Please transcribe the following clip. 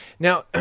Now